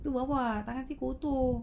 tu bapa tangan seh kotor